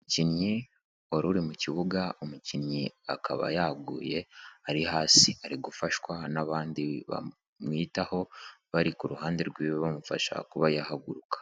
Umukinnyi wari uri mu kibuga, umukinnyi akaba yaguye ari hasi, ari gufashwa n'abandi bamwitaho bari ku ruhande rwiwe bamufasha kuba yahaguruka,